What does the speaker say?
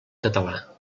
català